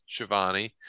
Shivani